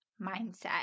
mindset